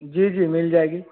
जी जी मिल जाएगी